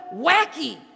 wacky